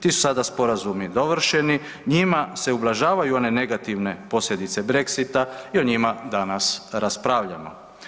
Ti su sada sporazumi dovršeni, njima se ublažavaju one negativne posljedice Brexita i o njima danas raspravljamo.